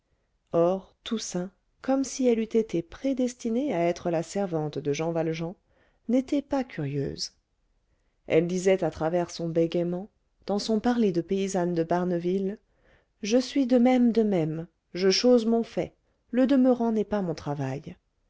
or toussaint comme si elle eût été prédestinée à être la servante de jean valjean n'était pas curieuse elle disait à travers son bégayement dans son parler de paysanne de barneville je suis de même de même je chose mon fait le demeurant n'est pas mon travail